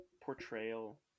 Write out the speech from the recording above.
portrayal